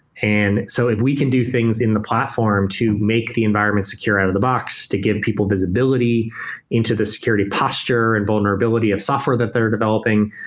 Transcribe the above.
and so if we can do things in the platform to make the environment secure out of the box to give people visibility into the security posture and vulnerability of software that they're developing,